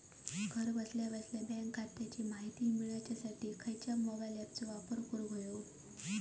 घरा बसल्या बसल्या बँक खात्याची माहिती मिळाच्यासाठी खायच्या मोबाईल ॲपाचो वापर करूक होयो?